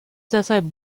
deshalb